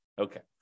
Okay